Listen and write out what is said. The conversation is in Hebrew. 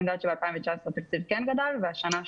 אני יודעת שב-2019 התקציב גדל והשנה,